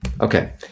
Okay